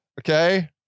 Okay